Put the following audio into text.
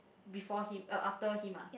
before him uh after him ah